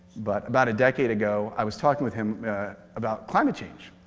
but about a decade ago i was talking with him about climate change,